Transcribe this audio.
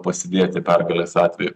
pasidėti pergalės atveju